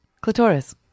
clitoris